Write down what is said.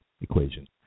equation